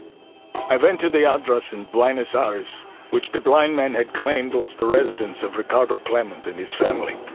i went to the address in buenos aires which the blind man had claimed was the residence of ricardo klement and his family.